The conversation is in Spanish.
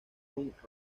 punk